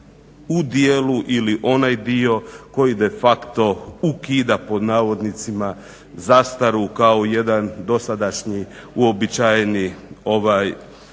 u dijelu ili onaj dio koji de facto "ukida" zastaru kao jedan dosadašnji uobičajeni pravni